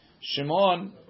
Shimon